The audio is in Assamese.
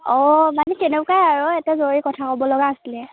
অঁ মানে কেনেকুৱাই আৰু এটা জৰুৰী কথা ক'ব লগা আছিলে